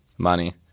money